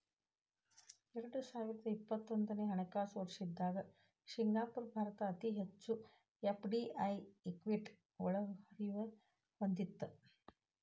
ಎರಡು ಸಾವಿರದ ಇಪ್ಪತ್ತೊಂದನೆ ಹಣಕಾಸು ವರ್ಷದ್ದಾಗ ಸಿಂಗಾಪುರ ಭಾರತಕ್ಕ ಅತಿ ಹೆಚ್ಚು ಎಫ್.ಡಿ.ಐ ಇಕ್ವಿಟಿ ಒಳಹರಿವು ಹೊಂದಿತ್ತ